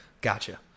Gotcha